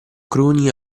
cruni